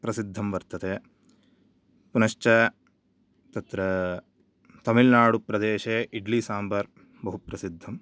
प्रसिद्धं वर्तते पुनश्च तत्र तमिल्नाडुप्रदेशे इड्लीसाम्बर् बहुप्रसिद्धम्